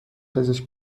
پزشک